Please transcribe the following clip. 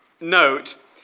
note